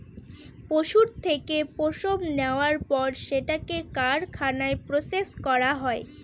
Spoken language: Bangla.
পশুর থেকে পশম নেওয়ার পর সেটাকে কারখানায় প্রসেস করা হয়